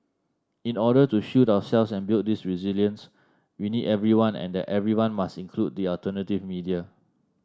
in order to shield ourselves and build this resilience we need everyone and that everyone must include the alternative media